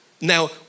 Now